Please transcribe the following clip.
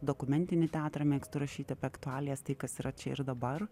dokumentinį teatrą mėgstu rašyti apie aktualijas tai kas yra čia ir dabar